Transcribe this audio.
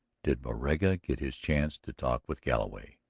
did moraga get his chance to talk with galloway?